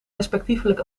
respectievelijk